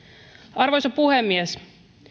arvoisa puhemies